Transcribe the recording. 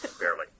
Barely